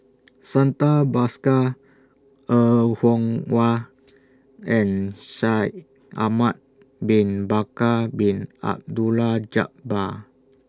Santha Bhaskar Er Kwong Wah and Shaikh Ahmad Bin Bakar Bin Abdullah Jabbar